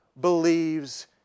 believes